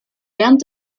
während